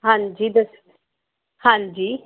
ਹਾਂਜੀ ਦਸ ਹਾਂਜੀ